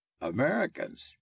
Americans